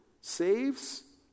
saves